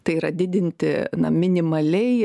tai yra didinti na minimaliai